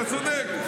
אתה צודק.